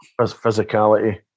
physicality